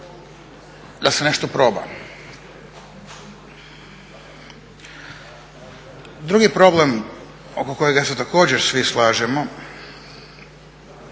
da se nešto proba. Drugi problem oko kojega se također svi slažemo